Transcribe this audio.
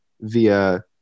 via